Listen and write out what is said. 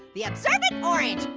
the observant orange,